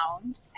found